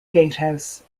gatehouse